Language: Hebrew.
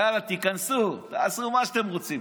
יאללה, תיכנסו, תעשו מה שאתם רוצים.